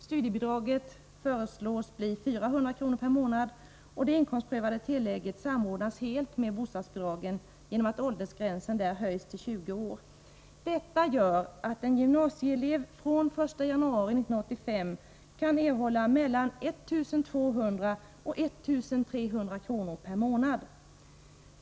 Studiebidraget föreslås bli 400 kr. månad.